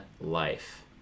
life